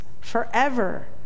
forever